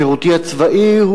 משירותי הצבאי,